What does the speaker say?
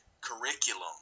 curriculum